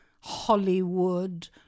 Hollywood